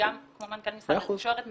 כמו מנכ"ל משרד התקשורת,